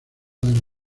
del